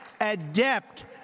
adept